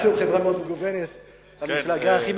שניכם הודיתם גם.